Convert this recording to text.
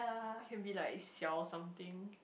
or can be like xiao something